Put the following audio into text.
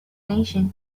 nation